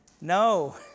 No